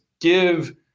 give